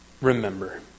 remember